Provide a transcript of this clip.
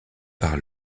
par